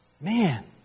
man